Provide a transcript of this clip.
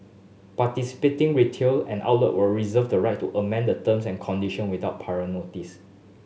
participating retail and outlet will reserve the right to amend the terms and condition without prior notice